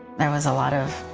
there was a lot of